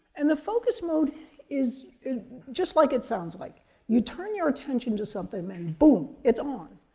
and the focus mode is just like it sounds like you turn your attention to something and boom! it's on.